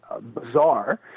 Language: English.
bizarre